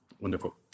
Wonderful